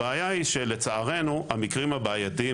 הבעיה היא שלצערנו המקרים הבעייתיים,